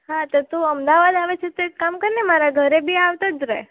હાં તો તું અમદાવાદ આવે છે તો એક કામ કરને મારા ઘરે બી આવતો જ રહે